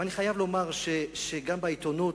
אבל אני חייב לומר שגם בעיתונות,